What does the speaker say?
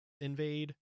invade